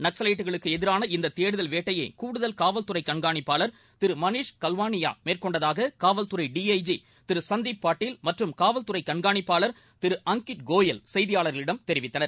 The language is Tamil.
நக்சலைட்டுகளுக்கு எதிரான இந்த தேடுதல் வேட்டையை கூடுதல் காவல்துறை கண்காணிப்பாளர் திரு மணீஷ் கல்வாளியா மேற்கொண்டதாக காவல்துறை D I G Thiru Sandeep Patil மற்றும் காவல்துறை கண்காணிப்பாளர் திரு அங்கிட் கோயல் செய்தியாளர்களிடம் தெரிவித்தனர்